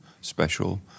special